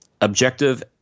objective